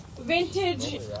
vintage